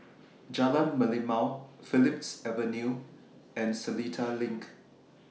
Jalan Merlimau Phillips Avenue and Seletar LINK